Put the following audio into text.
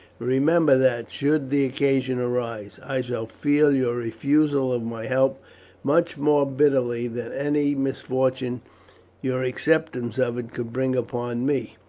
remember that, should the occasion arise, i shall feel your refusal of my help much more bitterly than any misfortune your acceptance of it could bring upon me.